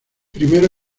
primero